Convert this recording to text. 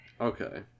Okay